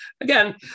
again